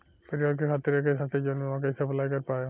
परिवार खातिर एके साथे जीवन बीमा कैसे अप्लाई कर पाएम?